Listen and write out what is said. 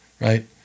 right